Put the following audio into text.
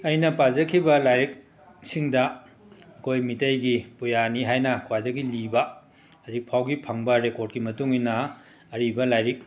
ꯑꯩꯅ ꯄꯥꯖꯈꯤꯕ ꯂꯥꯏꯔꯤꯛꯁꯤꯡꯗ ꯑꯩꯈꯣꯏ ꯃꯤꯇꯩꯒꯤ ꯄꯨꯌꯥꯅꯤ ꯍꯥꯏꯅ ꯈ꯭ꯋꯥꯏꯗꯒꯤ ꯂꯤꯕ ꯍꯧꯖꯤꯛꯐꯥꯎꯒꯤ ꯐꯪꯕ ꯔꯦꯀꯣꯔꯠꯀꯤ ꯃꯇꯨꯡ ꯏꯟꯅ ꯑꯔꯤꯕ ꯂꯥꯏꯔꯤꯛ